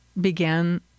began